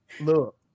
Look